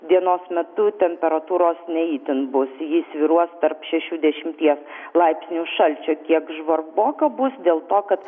dienos metu temperatūros ne itin bus ji svyruos tarp šešių dešimties laipsnių šalčio kiek žvarboka bus dėl to kad